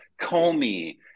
Comey